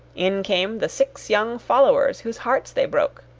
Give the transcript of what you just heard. in came the six young followers whose hearts they broke.